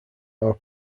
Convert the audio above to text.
our